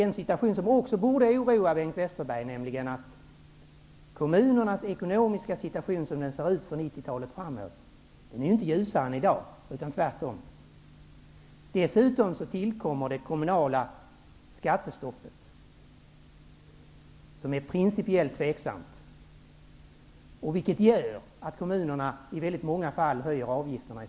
Något som också borde oroa Bengt Westerberg är att kommunernas ekonomiska situation framöver under 90-talet inte blir ljusare än vad den är i dag, utan tvärtom. Dessutom tillkommer det kommunala skattestoppet, som är principiellt tveksamt, vilket gör att kommunerna i många fall i stället höjer avgifterna.